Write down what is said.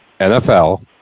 NFL